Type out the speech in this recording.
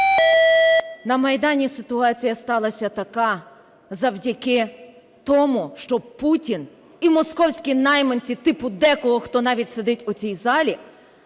На Майдані ситуація сталася така завдяки тому, щоб Путін і московські найманці типу декого, хто навіть сидить у цій залі,